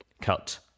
cut